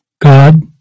God